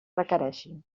requereixi